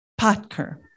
Potker